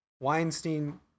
Weinstein